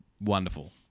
wonderful